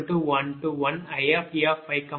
I5k11ie5kie51i6